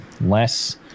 less